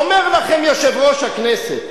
אומר לכם יושב-ראש הכנסת,